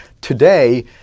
today